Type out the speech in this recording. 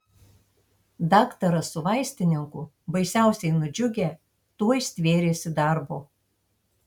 daktaras su vaistininku baisiausiai nudžiugę tuoj stvėrėsi darbo